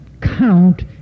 count